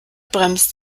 bremst